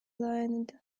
laieneda